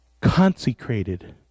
consecrated